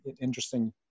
interesting